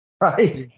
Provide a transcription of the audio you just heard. right